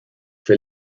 für